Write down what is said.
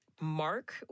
mark